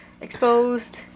Exposed